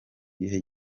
gihe